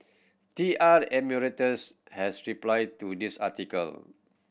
T R Emeritus has replied to this article